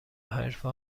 حرفه